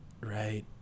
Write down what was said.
right